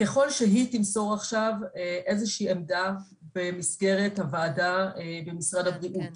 ככל שהיא תמסור עכשיו איזושהי עמדה במסגרת הוועדה במשרד הבריאות.